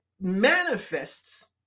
manifests